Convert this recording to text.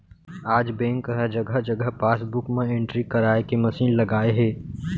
आज बेंक ह जघा जघा पासबूक म एंटरी कराए के मसीन लगाए हे